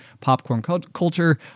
popcornculture